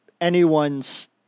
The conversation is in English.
anyone's